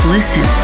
Listen